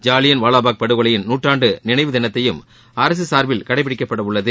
ஜாலியன் வாலாபாத் படுகொலையின் நுற்றாண்டு நினைவு தினத்தையும் அரசு சார்பில் கடைபிடிக்கப்பட உள்ளது